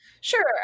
sure